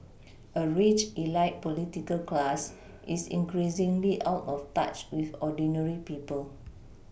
a rich Elite political class is increasingly out of touch with ordinary people